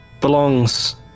belongs